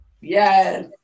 yes